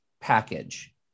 package